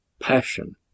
passion